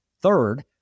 Third